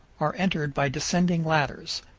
are entered by descending ladders.